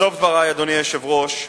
בסוף דברי, אדוני היושב-ראש,